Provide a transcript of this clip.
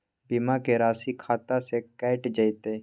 बीमा के राशि खाता से कैट जेतै?